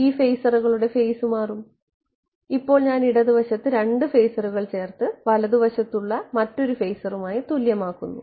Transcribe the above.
ഈ ഫേസറുകളുടെ ഫേസ് മാറും ഇപ്പോൾ ഞാൻ ഇടത് വശത്ത് 2 ഫേസറുകൾ ചേർത്ത് വലതുവശത്തുള്ള മറ്റൊരു ഫേസറുമായി തുല്യമാക്കുന്നു